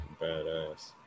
badass